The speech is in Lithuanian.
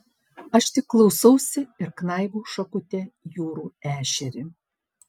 aš tik klausausi ir knaibau šakute jūrų ešerį